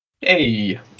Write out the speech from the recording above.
Hey